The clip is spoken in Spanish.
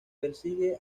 persigue